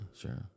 sure